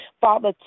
Father